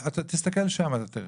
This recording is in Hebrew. אתה תסתכל שם תראה.